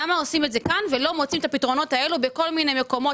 למה עושים את זה כאן ולא מוצאים את הפתרונות האלו בכל מיני מקומות